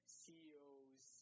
ceo's